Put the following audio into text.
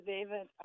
David